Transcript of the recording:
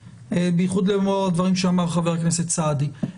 במיוחד לאור הדברים שאמר חבר הכנסת סעדי.